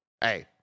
hey